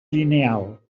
lineal